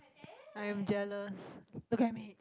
I'm jealous look at me